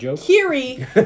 Kiri